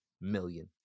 million